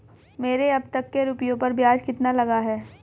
मेरे अब तक के रुपयों पर ब्याज कितना लगा है?